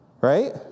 Right